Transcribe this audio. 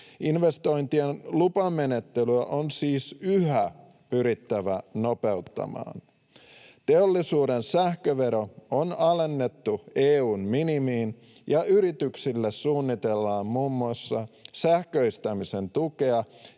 Investointien lupamenettelyä on siis yhä pyrittävä nopeuttamaan. Teollisuuden sähkövero on alennettu EU:n minimiin, ja yrityksille suunnitellaan muun muassa sähköistämisen tukea,